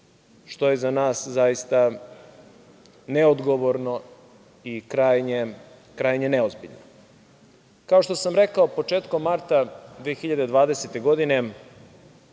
što je za nas zaista neodgovorno i krajnje neozbiljno. Kao što sam rekao, početkom marta 2020. godine